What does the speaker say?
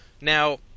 Now